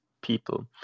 people